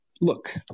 look